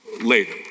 later